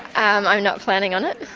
i'm i'm not planning on it,